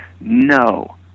no